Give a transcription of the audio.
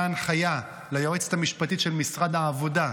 הנחיה ליועצת המשפטית של משרד העבודה,